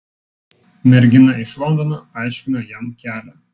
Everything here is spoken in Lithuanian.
mergina iš londono aiškina jam kelią